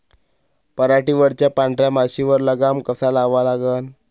पराटीवरच्या पांढऱ्या माशीवर लगाम कसा लावा लागन?